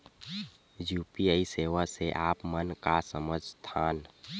UPI सेवा से आप मन का समझ थान?